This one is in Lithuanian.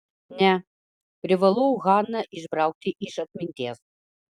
ne privalau haną išbraukti iš atminties